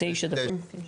ממשיכים?